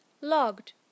logged